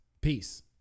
peace